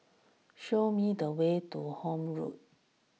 show me the way to Horne Road